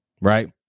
right